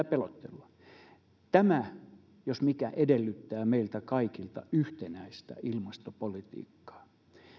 pelottelua tämä jos mikä edellyttää meiltä kaikilta yhtenäistä ilmastopolitiikkaa